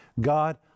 God